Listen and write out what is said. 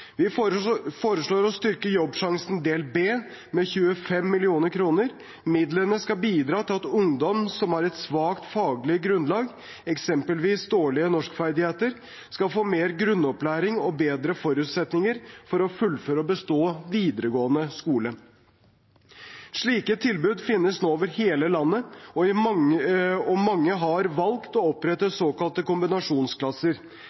Vi foreslår å styrke Jobbsjansen del B med 25 mill. kr. Midlene skal bidra til at ungdom som har et svakt faglig grunnlag, eksempelvis dårlige norskferdigheter, skal få mer grunnopplæring og bedre forutsetninger for å fullføre og bestå videregående skole. Slike tilbud finnes nå over hele landet, og mange har valgt å